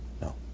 No